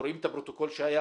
קוראים את הפרוטוקול שהיה